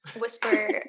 Whisper